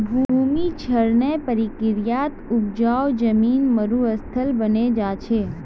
भूमि क्षरनेर प्रक्रियात उपजाऊ जमीन मरुस्थल बने जा छे